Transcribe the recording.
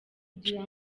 kugira